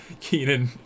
Keenan